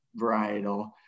varietal